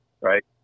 Right